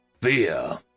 Fear